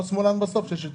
שמאלן בסוף?